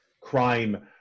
crime